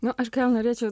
nu aš gal norėčiau